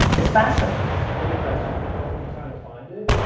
it's faster. it's way faster than fucking trying to find it.